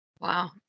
Wow